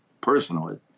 personally